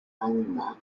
animals